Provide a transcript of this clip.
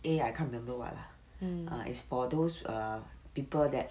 a I can't remember what lah err it's for those err people that